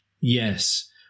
Yes